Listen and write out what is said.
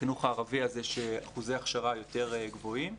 בחינוך הערבי, אחוזי ההכשרה יותר גבוהים.